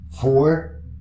four